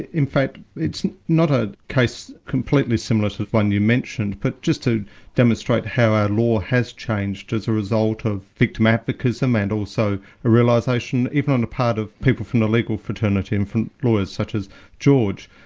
in fact it's not a case completely similar to the one you mentioned, but just to demonstrate how our law has changed as a result of victim advocism and also a realisation even on the part of people from the legal fraternity and from lawyers such as george,